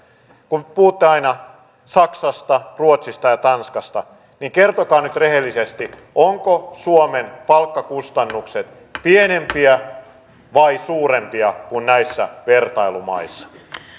kun puhutte aina saksasta ruotsista ja tanskasta niin kertokaa nyt rehellisesti ovatko suomen palkkakustannukset pienempiä vai suurempia kuin näissä vertailumaissa